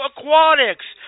Aquatics